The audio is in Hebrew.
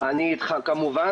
אני איתך כמובן,